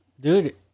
Dude